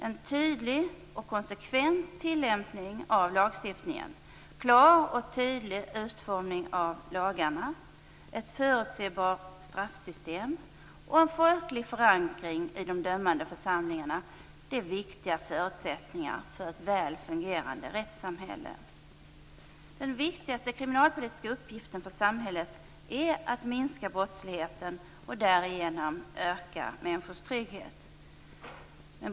En tydlig och konsekvent tillämpning av lagstiftningen, en klar och tydlig utformning av lagarna, ett förutsebart straffsystem och en folklig förankring i de dömande församlingarna är viktiga förutsättningar för ett väl fungerande rättssamhälle. Den viktigaste kriminalpolitiska uppgiften för samhället är att minska brottsligheten och därigenom öka människors trygghet.